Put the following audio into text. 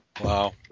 Wow